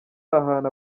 ahantu